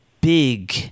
big